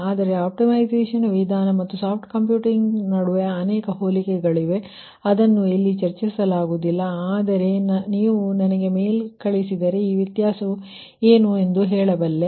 ಆದರೆ ಶಾಸ್ತ್ರೀಯ ಆಪ್ಟಿಮೈಸೇಶನ್ ವಿಧಾನ ಮತ್ತು ಸಾಫ್ಟ್ ಕಂಪ್ಯೂಟಿಂಗ್ ವಿಧಾನಗಳ ನಡುವೆ ಅನೇಕ ಹೋಲಿಕೆಗಳಿವೆ ಅದನ್ನು ಇಲ್ಲಿ ಚರ್ಚಿಸಲಾಗುವುದಿಲ್ಲ ಆದರೆ ನೀವು ನನಗೆ ಮೇಲ್ ಕಳುಹಿಸಿದರೆ ಆ ವ್ಯತ್ಯಾಸಗಳು ಏನು ಎಂದು ಹೇಳಬಲ್ಲೆ